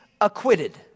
acquitted